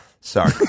Sorry